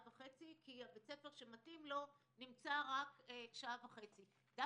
וחצי כי בית הספר שמתאים לאותו ילד נמצא במרחק שעה וחצי מביתו.